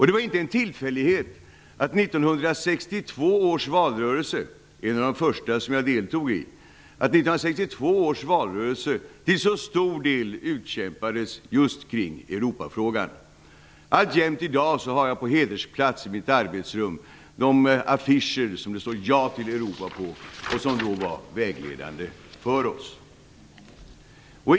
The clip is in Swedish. Det var inte en tillfällighet att 1962 års valrörelse - som var en av de första som jag deltog i - till så stor del utkämpades just kring Europafrågan. Alltjämt i dag har jag på hedersplats i mitt arbetsrum de affischer som det står Ja till Europa på och som då var vägledande för oss.